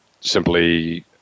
simply